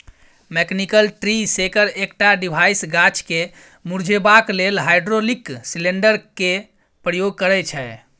mechanical tree shaker एकटा device गाछ केँ मुरझेबाक लेल हाइड्रोलिक सिलेंडर केर प्रयोग करय छै